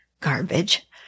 garbage